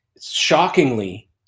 shockingly